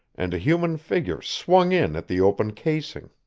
and a human figure swung in at the open casing.